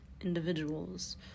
individuals